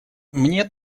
мне